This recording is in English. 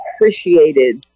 appreciated